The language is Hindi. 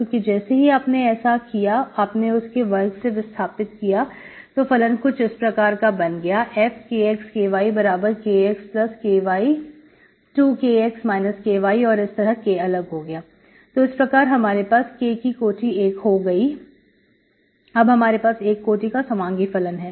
क्योंकि जैसे ही आपने ऐसा किया आपने उसके वर्ग से विस्थापित किया फलन कुछ इस प्रकार का बन गया fKxKyKxKy2Kx Ky और इस तरह K अलग हो गया तो इस प्रकार हमारे पास K की कोटि एक हो गई fKxKyKxKy2Kx Ky K1fxy अब हमारे पास एक कोटि का समांगी फलन है